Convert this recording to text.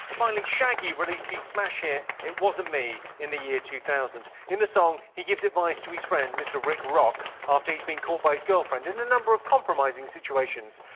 finally, shaggy released his smash hit it wasn't me in the year two thousand. in the song, he gives advice to his friend mr rick rock after he's been caught by his girlfriend in a number of compromising situations.